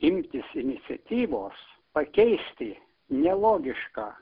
imtis iniciatyvos pakeisti nelogišką